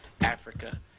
Africa